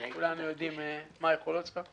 כולנו יודעים מה היכולות שלך.